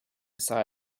sigh